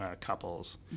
couples